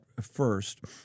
first